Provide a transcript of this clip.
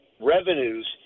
revenues